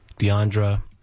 DeAndra